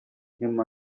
him